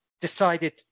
decided